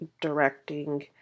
directing